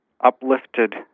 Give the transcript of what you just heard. uplifted